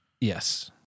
Yes